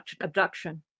abduction